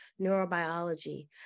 neurobiology